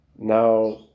Now